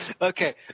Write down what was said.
Okay